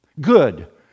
Good